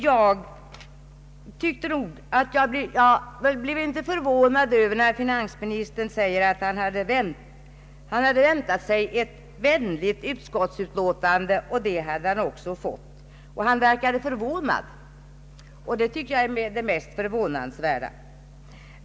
Jag blev inte förvånad över herr Strängs uttalande att han hoppats på ett vänligt utskottsutlåtande, vilket han också fått. Men detta förvånade finansministern, och det tycker jag är det mest förvånansvärda.